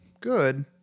Good